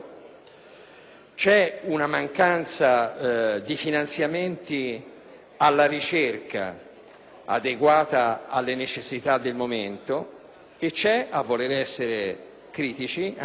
una mancanza di finanziamenti alla ricerca adeguata alle necessità del momento e, a voler essere critici, anche